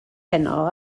heno